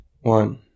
One